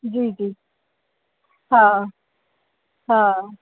जी जी हा हा